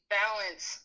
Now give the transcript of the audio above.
balance